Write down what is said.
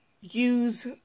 use